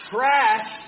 Trash